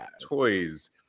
toys